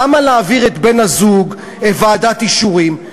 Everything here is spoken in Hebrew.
למה להעביר את בן-הזוג ועדת אישורים?